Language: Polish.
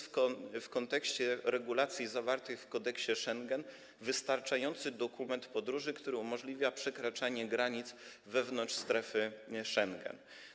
W kontekście regulacji zawartej w kodeksie Schengen jest to wystarczający dokument podróży, który umożliwia przekraczanie granic wewnątrz strefy Schengen.